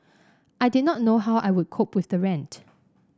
I did not know how I would cope with the rent